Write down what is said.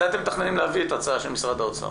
מתי אתם מתכוונים להביא את ההצעה של משרד האוצר?